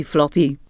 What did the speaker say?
Floppy